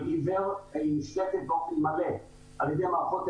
עיוור" והיא נשלטת באופן מלא על-ידי מערכות טכנולוגיות,